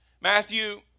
Matthew